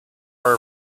are